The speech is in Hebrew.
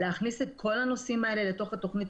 להכניס את כל הנושאים האלה לתוך התכנית